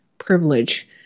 privilege